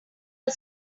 are